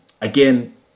Again